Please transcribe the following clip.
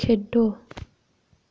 खेढो